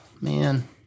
man